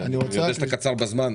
אני יודע שאתה קצר בזמן,